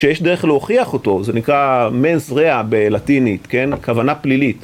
כשיש דרך להוכיח אותו, זה נקרא מזרע בלטינית, כוונה פלילית.